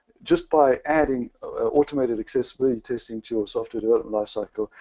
just by adding ah automated accessibility testing to our software development lifecycle,